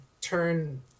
turn